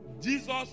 Jesus